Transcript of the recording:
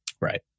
Right